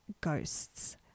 ghosts